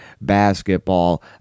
basketball